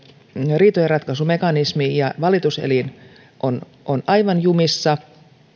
riitojenratkaisumekanismi ja valituselin ovat aivan jumissa on